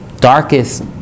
darkest